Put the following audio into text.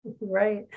Right